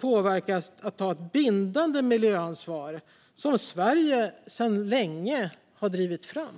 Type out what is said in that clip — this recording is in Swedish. påverkas att ta ett bindande miljöansvar, vilket Sverige sedan länge har drivit på för.